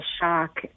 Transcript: shock